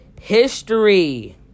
history